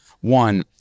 One